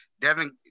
Devin